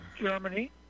Germany